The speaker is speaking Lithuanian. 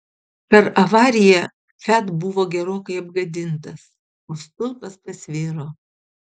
per avariją fiat buvo gerokai apgadintas o stulpas pasviro